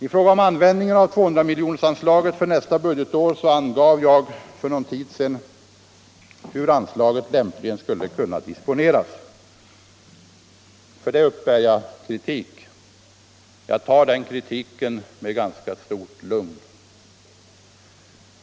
I fråga om 200-miljonersanslaget för nästa budgetår angav jag för någon tid sedan hur anslaget lämpligen skulle disponeras. För det uppbär jag kritik. Jag tar den kritiken med ganska stort lugn.